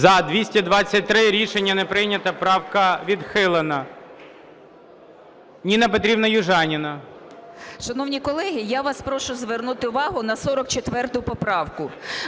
За-223 Рішення не прийнято. Правка відхилена. Ніна Петрівна Южаніна.